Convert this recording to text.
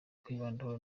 kwibandaho